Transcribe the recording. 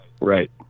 Right